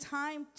time